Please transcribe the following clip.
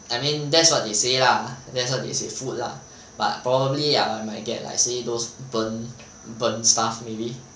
I mean that's what they say lah that's what they say food lah but probably ah I might get like say those burn burn stuff maybe